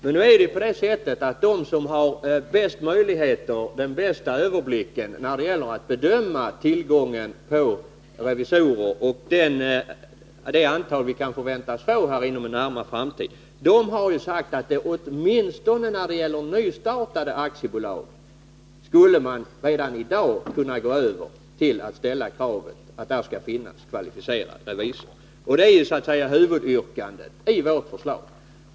Men nu är det ju på det sättet att de som har den bästa överblicken när det gäller att bedöma tillgången på revisorer och det antal vi kan förväntas få inom en nära framtid har sagt att åtminstone när det gäller nystartade aktiebolag skulle man redan i dag kunna gå över till att ställa kravet att det där skall finnas kvalificerade revisorer. Det är så att säga huvudyrkandet i vårt förslag.